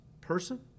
person